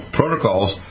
protocols